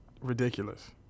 ridiculous